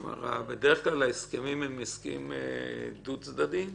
ההסכמים הם הסכמים דו-צדדיים?